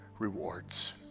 Rewards